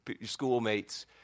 schoolmates